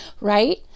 Right